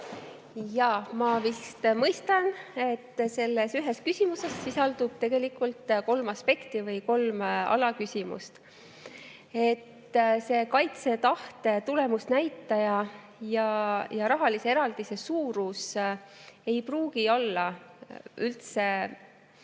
Ma vist mõistan, et selles ühes küsimuses sisaldub tegelikult kolm aspekti või kolm alaküsimust. Kaitsetahte tulemusnäitaja ja rahalise eraldise suurus ei pruugi üldse